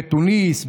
בתוניס,